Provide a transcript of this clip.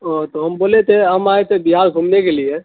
او تو ہم بولے تھے ہم آئے تھے بہار گھومنے کے لیے